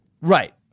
Right